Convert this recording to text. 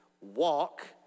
walk